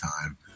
time